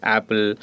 Apple